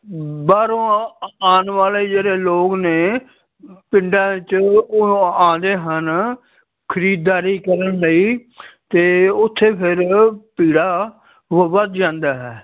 ਬਾਹਰੋਂ ਆਉਣ ਵਾਲੇ ਜਿਹੜੇ ਲੋਕ ਨੇ ਪਿੰਡਾਂ ਵਿੱਚੋਂ ਉਹ ਆਉਂਦੇ ਹਨ ਖਰੀਦਾਰੀ ਕਰਨ ਲਈ ਅਤੇ ਉੱਥੇ ਫਿਰ ਭੀੜਾ ਭ ਵੱਧ ਜਾਂਦਾ ਹੈ